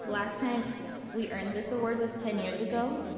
last time we earned this award was ten years ago.